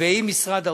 ועם משרד האוצר,